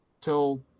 till